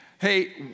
hey